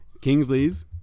Kingsley's